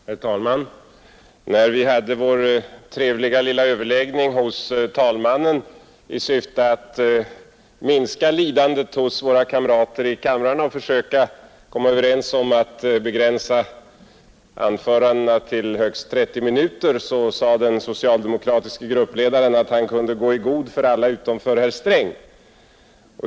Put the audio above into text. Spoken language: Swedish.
Herr talman! När vi hade vår trevliga lilla överläggning hos talmannen i syfte att minska lidandet hos våra kamrater i kammaren och försöka komma överens om att begränsa anförandena till högst 30 minuter sade den socialdemokratiske gruppledaren att han kunde gå i god för alla utom för herr Sträng.